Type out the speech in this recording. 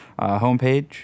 homepage